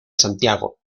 santiago